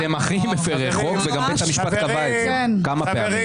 אתם הכי מפרי חוק וגם בית המשפט קבע את זה כמה פעמים.